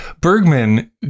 Bergman